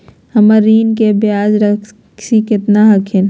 हमर ऋण के ब्याज रासी केतना हखिन?